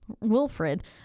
wilfred